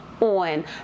on